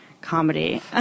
comedy